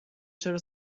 چرا